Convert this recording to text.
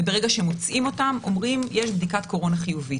וברגע שמוצאים אותם אומרים שיש בדיקת קורונה חיובית.